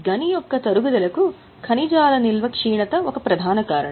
గని యొక్క తరుగుదలకు ఖనిజాల క్షీణత ఒక ప్రధాన కారణం